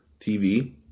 TV